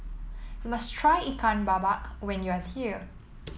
you must try Ikan Bakar when you are here